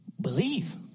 believe